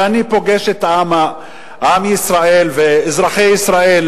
ואני פוגש את עם ישראל ואזרחי ישראל.